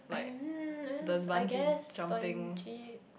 I um I guess bungee